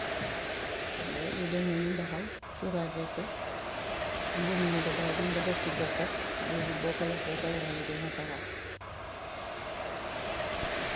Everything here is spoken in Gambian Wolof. Waaw lu deme ni mbaxal, cuuraay gerte, mbuumu nebedaay bii nga def si gerte. Boobi it boo ko lekkee sa yaram wi dina sawar.